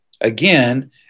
again